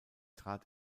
trat